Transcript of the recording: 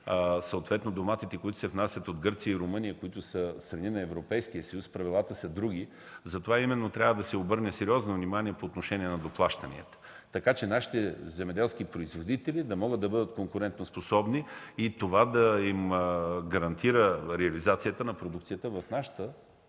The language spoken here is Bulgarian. съответно доматите, които се внасят от Гърция и Румъния, които са страни на Европейския съюз – правилата са други, затова именно трябва да се обърне сериозно внимание по отношение на доплащанията, така че нашите земеделски производители да бъдат конкурентоспособни и това да им гарантира реализацията на продукцията в нашата